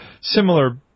similar